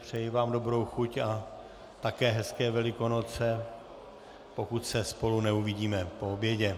Přeji vám dobrou chuť a také hezké Velikonoce, pokud se spolu neuvidíme po obědě.